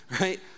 right